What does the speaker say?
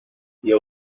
بیا